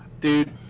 dude